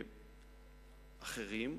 אחרים,